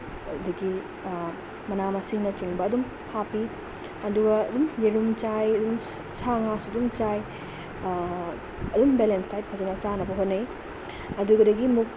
ꯑꯗꯒꯤ ꯃꯅꯥ ꯃꯁꯤꯡꯅꯆꯤꯡꯕ ꯑꯗꯨꯝ ꯍꯥꯞꯄꯤ ꯑꯗꯨꯒ ꯑꯗꯨꯝ ꯌꯦꯔꯨꯝ ꯆꯥꯏ ꯑꯗꯨꯝ ꯁꯥ ꯉꯥ ꯁꯨ ꯑꯗꯨꯝ ꯆꯥꯏ ꯑꯗꯨꯝ ꯕꯦꯂꯦꯟꯁ ꯗꯥꯏꯠ ꯐꯖꯅ ꯆꯥꯅꯕ ꯍꯣꯠꯅꯩ ꯑꯗꯨꯒ ꯑꯗꯒꯤꯗꯤ ꯑꯃꯨꯛ